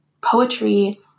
poetry